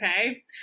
Okay